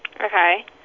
Okay